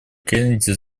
кеннеди